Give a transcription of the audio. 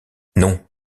non